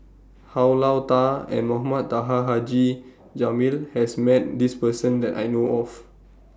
Hao Lao DA and Mohamed Taha Haji Jamil has Met This Person that I know of